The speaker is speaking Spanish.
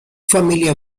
familia